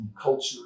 culture